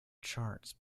charts